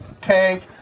tank